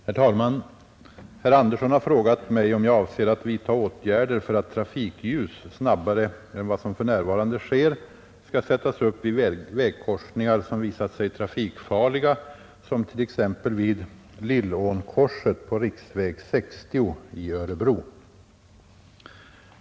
Herr talman! Herr Andersson i Örebro har frågat mig om jag avser att vidta åtgärder för att trafikljus snabbare än vad som för närvarande sker skall sättas upp vid vägkorsningar som visat sig trafikfarliga, som t.ex. vid Lillånkorset på riksväg 60 i Örebro.